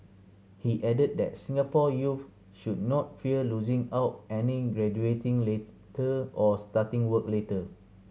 he added that Singapore youths should not fear losing out and in graduating later or starting work later